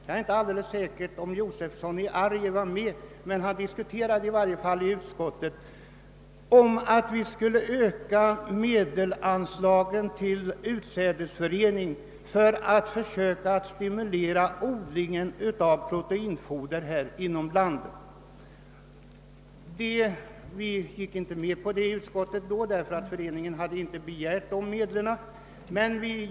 Jag är inte säker på om herr Josefson i Arrie var med om den motionen, men han föreslog i varje fall inom utskottet att vi skulle öka anslagen till utsädesföreningen för att stimulera odlingen av proteinfoder inom landet. I utskottet gick vi inte med på det förslaget, eftersom föreningen inte hade begärt ett sådant anslag.